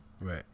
Right